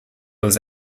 was